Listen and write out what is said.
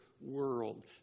world